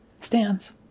stands